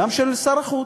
גם של שר החוץ.